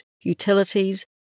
utilities